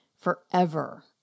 forever